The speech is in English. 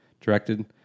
directed